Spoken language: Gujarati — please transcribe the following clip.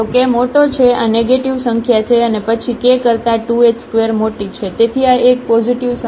તો k મોટી છે આ નેગેટીવ સંખ્યા છે અને પછી k કરતાં 2 h2 મોટી છે તેથી આ એક પોઝિટિવ સંખ્યા છે